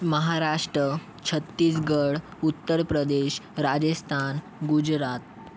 Maharashtra Chhattisgarh Uttar Pradesh Rajasthan Gujarat